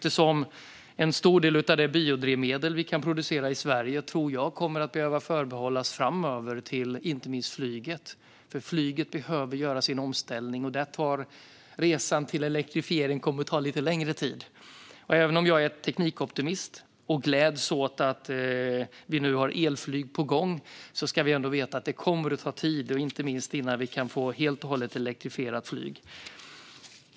En stor del av de biodrivmedel vi kan producera i Sverige framöver tror jag nämligen kommer att behöva förbehållas flyget. Flyget behöver göra sin omställning, och där tror jag att resan till elektrifiering kommer att ta lite längre tid. Även om jag är teknikoptimist och gläds åt att vi nu har elflyg på gång ska vi vara medvetna om att det kommer att ta tid att få helt och hållet elektrifierat flyg.